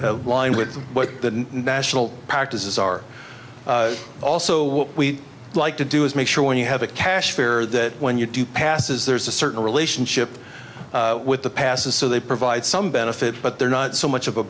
line with what the national practices are also what we like to do is make sure when you have a care ash fair that when you do passes there's a certain relationship with the passes so they provide some benefit but they're not so much of a